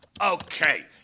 Okay